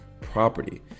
property